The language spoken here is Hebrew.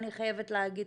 אני חייבת להגיד.